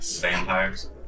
Vampires